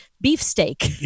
beefsteak